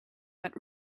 but